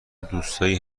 دوستایی